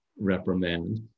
reprimand